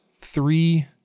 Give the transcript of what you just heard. three